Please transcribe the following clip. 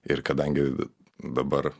ir kadangi dabar